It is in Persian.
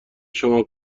شما